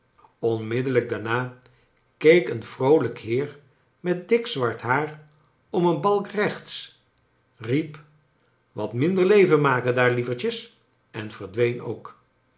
onmiddellijk daarna keek een vroolijk heer met dik zwart haar om een balk rechts riep wat minder leven maken daar lievertjes en verdween ook